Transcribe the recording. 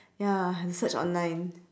ya have to search online